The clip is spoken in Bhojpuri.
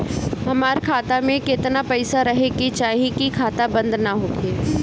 हमार खाता मे केतना पैसा रहे के चाहीं की खाता बंद ना होखे?